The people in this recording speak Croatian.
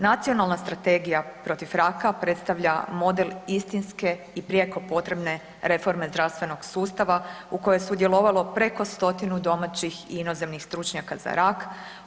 Nacionalna strategija protiv raka predstavlja i model istinske i prijeko potrebne reforme zdravstvenog sustava u kojoj je sudjelovalo preko stotinu domaćih i inozemnih stručnjaka za rak.